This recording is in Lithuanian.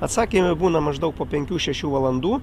atsakymai būna maždaug po penkių šešių valandų